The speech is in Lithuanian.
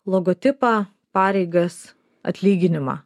logotipą pareigas atlyginimą